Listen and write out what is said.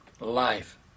Life